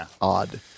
odd